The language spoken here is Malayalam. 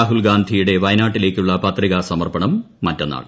രാഹുൽഗാന്ധിയുടെ വയനാട്ടിലേക്കുള്ള പത്രികാസമർപ്പണം മറ്റന്നാൾ